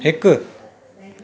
हिकु